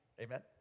Amen